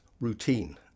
routine